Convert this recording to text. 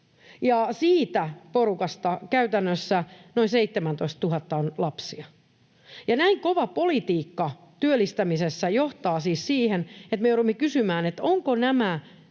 Siitä porukasta käytännössä noin 17 000 on lapsia. Näin kova politiikka työllistämisessä johtaa siis siihen, että me joudumme kysymään, pitävätkö nämä